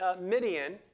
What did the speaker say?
Midian